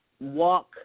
walk